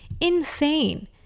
insane